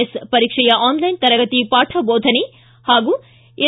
S ಪರೀಕ್ಷೆಯ online ತರಗತಿ ಪಾಠ ಬೋಧನೆ ಹಾಗೂ ಎಸ್